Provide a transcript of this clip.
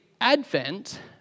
Advent